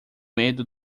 medo